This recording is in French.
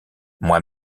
moi